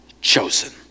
chosen